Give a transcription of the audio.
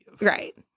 Right